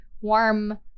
warm